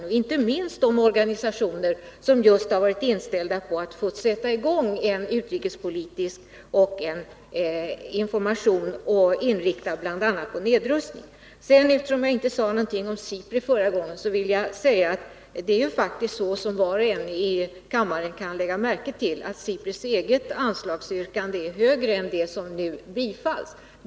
Inte minst har de organisationer hört av sig som just har varit inställda på att få sätta i gång en utrikespolitisk information, inriktad bl.a. på nedrustning. Eftersom jag inte nämnde någonting om SIPRI förra gången vill jag fästa uppmärksamheten på att SIPRI:s eget anslagsäskande var högre än det belopp som nu tillstyrks.